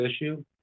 issue